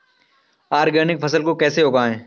Organic फसल को कैसे उगाएँ?